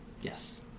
Yes